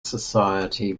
society